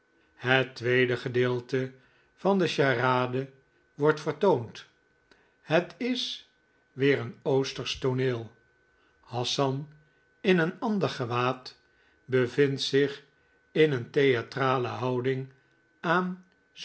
het tweede gedeelte van de charade wordt vertoond het is weer een oostersch tooneel hassan in een ander gewaad bevindt zich in een theatrale houding aan